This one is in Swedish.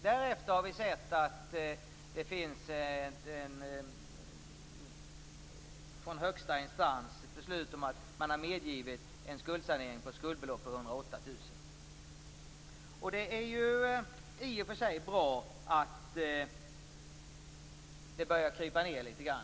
Därefter har det från högsta instans kommit beslut som innebär att skuldsanering har medgivits vid ett skuldbelopp på 108 000. Det är i och för sig bra att storleken på beloppen börjar krypa nedåt litet grand.